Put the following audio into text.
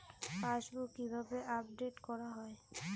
Passbook কিভাবে update করা হয়?